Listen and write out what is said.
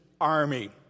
army